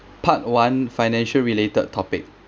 part one financial related topic